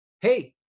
hey